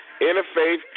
Interfaith